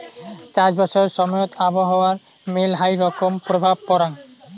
চাষবাসের সময়ত আবহাওয়ার মেলহাই রকম প্রভাব পরাং